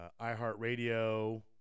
iHeartRadio